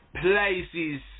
places